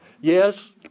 yes